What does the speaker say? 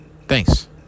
Thanks